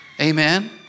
Amen